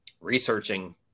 researching